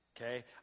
Okay